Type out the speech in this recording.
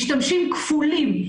משתמשים כפולים.